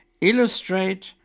illustrate